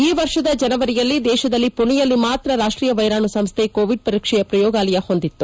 ಈ ವರ್ಷದ ಜನವರಿಯಲ್ಲಿ ದೇಶದಲ್ಲಿ ಪುಣೆಯಲ್ಲಿ ಮಾತ್ರ ರಾಷ್ಟೀಯ ವೈರಾಣು ಸಂಸ್ಲೆ ಕೋವಿಡ್ ಪರೀಕ್ಷೆಯ ಪ್ರಯೋಗಾಲಯ ಹೊಂದಿತ್ತು